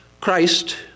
Christ